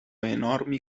enormi